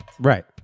Right